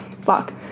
Fuck